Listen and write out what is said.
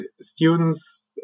students